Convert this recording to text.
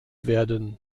werden